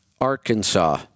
Arkansas